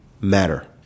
matter